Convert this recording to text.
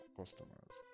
customers